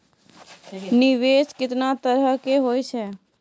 निवेश केतना तरह के होय छै?